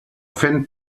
fent